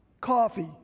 coffee